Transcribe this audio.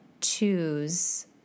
choose